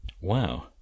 Wow